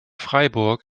freiburg